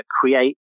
create